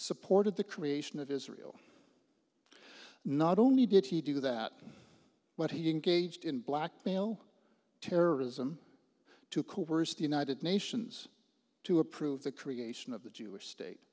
supported the creation of israel not only did he do that but he engaged in blackmail terrorism to coerce the united nations to approve the creation of the jewish state